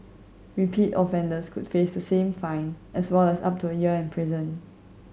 repeat offenders could face the same fine as well as up to a year in prison